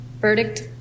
verdict